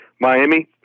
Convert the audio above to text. Miami